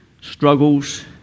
struggles